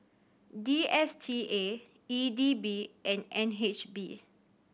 D S T A E D B and N H B